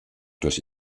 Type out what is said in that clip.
durch